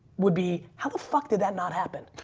would be how the fuck did that not happen?